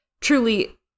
truly